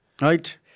right